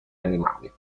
animali